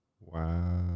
Wow